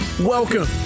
Welcome